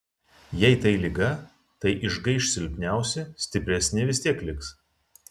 jei tai liga tai išgaiš silpniausi stipresni vis tiek liks